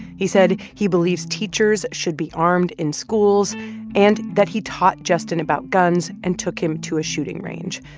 he said he believes teachers should be armed in schools and that he taught justin about guns and took him to a shooting range.